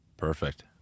Perfect